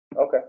okay